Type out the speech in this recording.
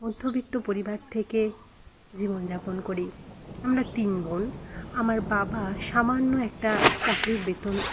মধ্যবিত্ত পরিবার থেকে জীবনযাপন করি আমরা তিন বোন আমার বাবা সামান্য একটা চাকরির বেতন